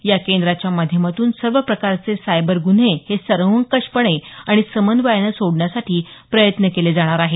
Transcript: या केंद्राच्या माध्यमातून सर्व प्रकारचे सायबर गुन्हे हे सर्वंकषपणे आणि समन्वयानं सोडण्यासाठी प्रयत्न केले जाणार आहेत